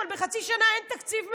אבל בחצי שנה אין תקציב מדינה.